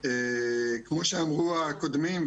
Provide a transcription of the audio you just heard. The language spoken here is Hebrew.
כמו שאמרו הקודמים,